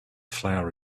flower